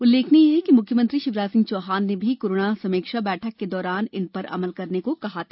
उल्लेखनीय है कि मुख्यमंत्री शिवराज सिंह चौहान ने भी कोरोना समीक्षा बैठक के दौरान इन पर अमल करने को कहा था